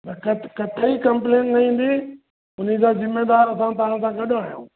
त कत कतई कंप्लेन्ट न ईंदी उने जा जिम्मेदार अससां तव्हां सां गॾु आहियूं